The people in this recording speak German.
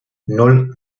nan